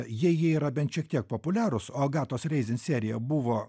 jei jie yra bent šiek tiek populiarūs o agatos reizin serija buvo